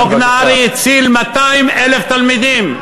חוק נהרי הציל 200,000 תלמידים.